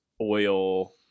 oil